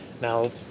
Now